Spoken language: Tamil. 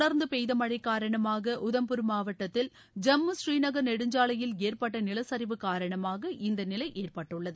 தொடர்ந்து பெய்த மழை காரணமாக உதம்பூர் மாவட்டத்தில் ஜம்மு ஸ்ரீநகர் நெடுஞ்சாலையில் ஏற்பட்ட நிலச்சரிவு காரணமாக இந்த நிலை ஏற்பட்டுள்ளது